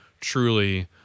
truly